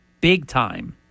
big-time